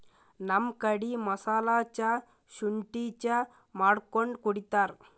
ನಮ್ ಕಡಿ ಮಸಾಲಾ ಚಾ, ಶುಂಠಿ ಚಾ ಮಾಡ್ಕೊಂಡ್ ಕುಡಿತಾರ್